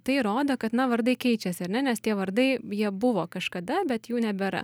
tai rodo kad na vardai keičiasi ar ne nes tie vardai jie buvo kažkada bet jų nebėra